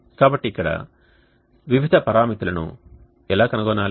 కాబట్టి ఇక్కడ వివిధ పారామితులను ఎలా కనుగొనాలి